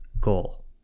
goal